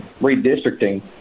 redistricting